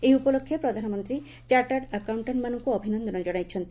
ଏହି ଉପଲକ୍ଷେ ପ୍ରଧାନମନ୍ତୀ ଚାର୍ଚାଡ୍ ଆକାଉଣ୍କାଣ୍କ୍ମାନଙ୍କୁ ଅଭିନନ୍ଦନ ଜଣାଇଛନ୍ତି